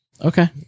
Okay